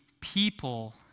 people